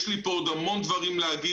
יש לי פה עוד המון דברים להגיד,